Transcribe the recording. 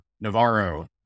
Navarro